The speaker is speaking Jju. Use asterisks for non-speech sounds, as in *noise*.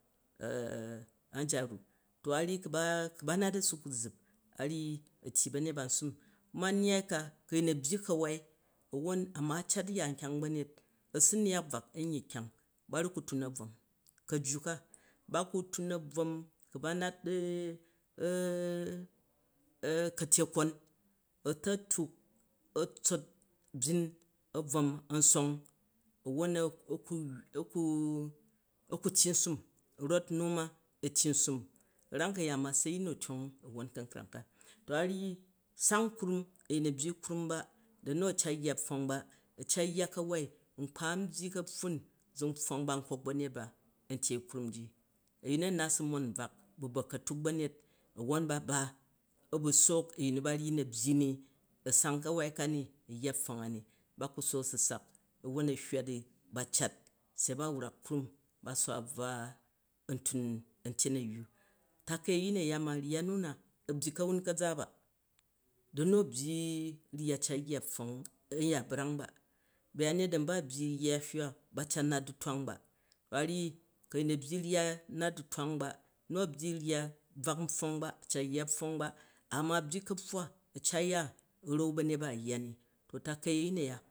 To a̱ ryyi ku̱ ba nat a̱su ku zzup a ryyi a̱ tyyi ba̱nyet ba nsum, ma nnyai ka, ku a̱yin a̱ byyi ka̱wai wwon ama a̱ cat ya nkyang ba̱nyet a̱su nyak bvwak a̱n yyi kyang, ba ru ku tun a̱brom ka̱jju ka, ku̱ ba nat *hesitation* ka̱tyekon a̱ta̱tuk a̱tsot byin a̱bvom an song wwon a̱ ku a̱ku a̱ku tyyi nsum, rot nu ma a̱ tyyi nsum. Ka̱ram ka̱yaan ma se a̱yin nu a̱ tyong a̱ wwon ka̱nkrang ka. To a̱ryyi song krum, a̱yin a̱ byyi krum ba, danu a̱ cat yya pfong ba a̱ yya ka̱wai, vkpa n byyi ka̱pffun za n pfwong ba nkok ba̱nyet ba a̱ n tyee krum ji, a̱yin nu a nat a̱ su mon bvak bu ba̱katuk ba̱nyet a̱ wwon ba ba a̱ bu sook a̱yin nu ba ryyi na̱ byyi ni a̱ sang ka̱wai ka ni a̱ yya pfong ani ba̱ ku̱ sook a̱ su sak a̱wwon a̱ hywa di bacat se ba wrak krum ba su wa buwa a̱n tun a̱ntyenu a̱yyu, ta̱kai a̱yin a̱yyu ma ryya nu na a̱ byyi ka̱wun ka̱za ba, da nu a̱ byyi rya cat yya pfong a̱n ya brang ba, ba̱yangyet dan ba a̱ byyi rya hywa ba cat nat du̱twang ba, to a̱ ryyi ku a̱yin a̱ byyi ryya nat du̱twang ba nu a̱ byyi rya bvak npfong ba, a̱ cat yya pfong ba ama a̱ byyi ka̱pfwa a̱ cat ya a̱ rau ba̱nyet ba yya ni to takai a̱yin aya.